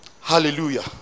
hallelujah